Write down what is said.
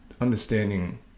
understanding